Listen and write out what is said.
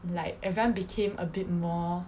like everyone became a bit more